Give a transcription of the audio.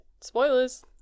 Spoilers